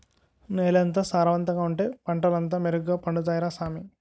నేలెంత సారవంతంగా ఉంటే పంటలంతా మెరుగ్గ పండుతాయ్ రా సామీ